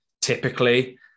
typically